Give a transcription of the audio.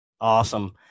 Awesome